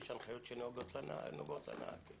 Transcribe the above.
ויש הנחיות שנוגעות לנהג.